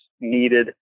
needed